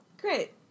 Great